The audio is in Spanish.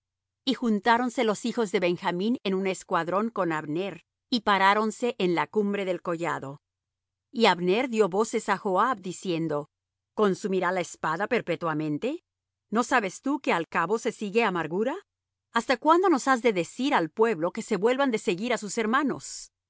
y juntáronse los hijos de benjamín en un escuadrón con abner y paráronse en la cumbre del collado y abner dió voces á joab diciendo consumirá la espada perpetuamente no sabes tú que al cabo se sigue amargura hasta cuándo no has de decir al pueblo que se vuelvan de seguir á sus hermanos